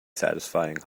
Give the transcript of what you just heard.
satisfying